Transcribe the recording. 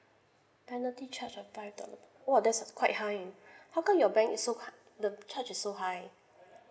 penalty charge of five dollar !wah! that's a quite high how come your bank is so ha~ the charge is so high